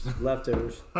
Leftovers